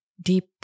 deep